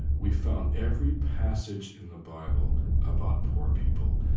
we found every passage in the bible about poor people,